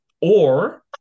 or-